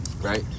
Right